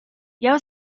jeu